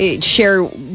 share